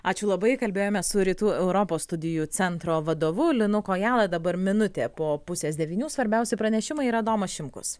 ačiū labai kalbėjome su rytų europos studijų centro vadovu linu kojala dabar minutė po pusės devynių svarbiausi pranešimai ir adomas šimkus